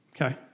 Okay